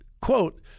quote